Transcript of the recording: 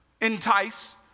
entice